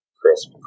crisp